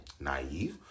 naive